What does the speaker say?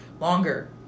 Longer